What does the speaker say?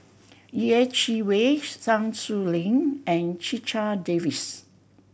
Yeh Chi Wei Sun Xueling and Checha Davies